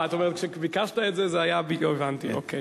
אתה אומר שכשביקשת את זה, זה היה, הבנתי, אוקיי.